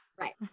right